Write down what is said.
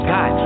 God